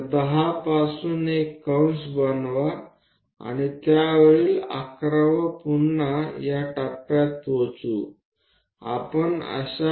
તો 10 માંથી ચાપ બનાવો અને 11th તેના પર અને 12th ફરીથી તે બિંદુ પાસે આવે છે